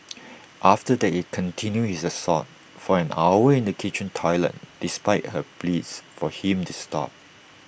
after that he continued his assault for an hour in the kitchen toilet despite her pleas for him to stop